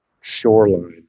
shoreline